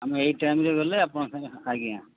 ଆମେ ଏଇ ଟାଇମ୍ ରେ ଗଲେ ଆପଣଙ୍କ ସାଙ୍ଗେ ଆଜ୍ଞା